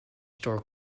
store